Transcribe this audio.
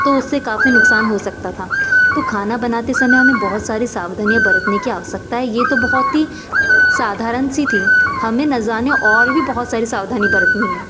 तो उससे काफ़ी नुकसान हो सकता था तो खाना बनाते समय हमें बहुत सारी सावधानियाँ बरतने कि आवश्यकता है यह तो बहुत ही साधारण सी थी हमें न जाने और भी बहुत सारे सावधानी बरतनी है